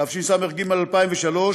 התשס"ג 2003,